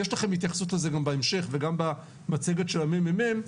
יש לכם התייחסות גם בהמשך וגם במצגת של ה-מ.מ.מ,